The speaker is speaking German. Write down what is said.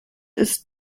ist